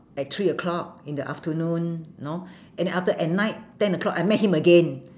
at three o'clock in the afternoon you know and after at night ten o'clock I met him again